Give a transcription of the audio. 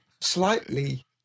Slightly